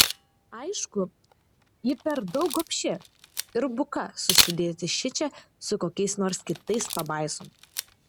aišku ji per daug gobši ir buka susidėti šičia su kokiais nors kitais pabaisom